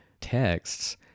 texts